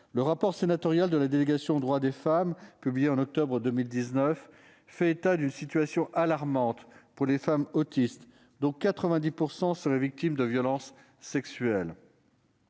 Le rapport sénatorial de la délégation aux droits des femmes publié en octobre 2019 décrit une situation alarmante pour les femmes autistes, dont 90 % seraient victimes de violences sexuelles.